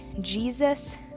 Jesus